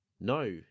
No